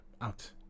out